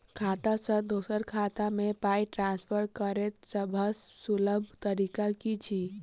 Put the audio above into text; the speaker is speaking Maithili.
खाता सँ दोसर खाता मे पाई ट्रान्सफर करैक सभसँ सुलभ तरीका की छी?